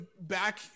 back